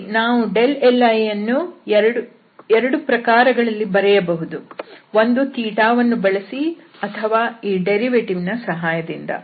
ಸರಿ ನಾವು li ಅನ್ನು ಎರಡು ಪ್ರಕಾರಗಳಲ್ಲಿ ಬರೆಯಬಹುದು ಒಂದು ವನ್ನು ಬಳಸಿ ಅಥವಾ ಈ ಉತ್ಪನ್ನ ದ ಸಹಾಯದಿಂದ